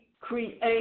create